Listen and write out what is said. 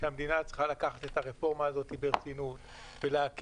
שהמדינה צריכה לקחת את הרפורמה הזו ברצינות ולהקים